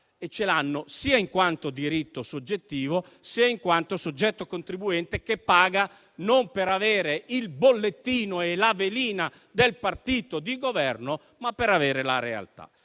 e ce l'hanno sia in quanto è un loro diritto soggettivo, sia in quanto sono soggetti contribuenti che pagano non per avere il bollettino e la velina del partito di governo, ma per conoscere la realtà.